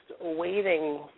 waiting